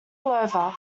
over